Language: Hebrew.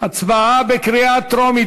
הצבעה בקריאה טרומית.